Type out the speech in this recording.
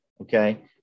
okay